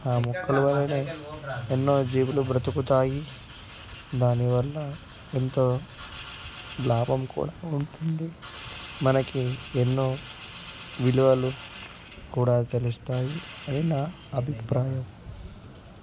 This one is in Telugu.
ఆ మొక్కల వలన ఎన్నో జీవులు బతుకుతాయి దానివల్ల ఎంతో లాభం కూడా ఉంటుంది మనకి ఎన్నో విలువలు కూడా తెలుస్తాయి అని నా అభిప్రాయం